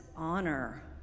honor